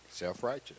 self-righteous